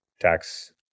tax